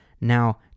now